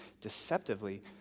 deceptively